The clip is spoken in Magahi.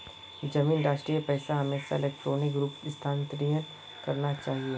जमीन रजिस्ट्रीर पैसा हमेशा इलेक्ट्रॉनिक रूपत हस्तांतरित करना चाहिए